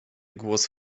głos